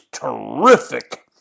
terrific